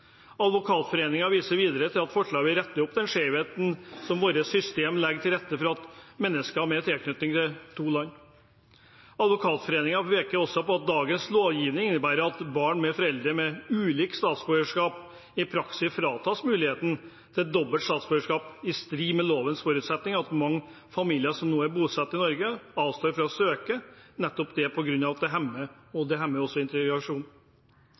videre at forslaget vil rette opp en skjevhet i vårt system og legge bedre til rette for mennesker med tilknytning til to land. Advokatforeningen peker også på at dagens lovgiving innebærer at barn med foreldre med ulikt statsborgerskap i praksis fratas muligheten til dobbelt statsborgerskap, i strid med lovens forutsetning, og at mange familier som er bosatt i Norge, avstår fra å søke norsk statsborgerskap, og at dette hemmer integreringen. Jeg vil også